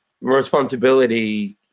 Responsibility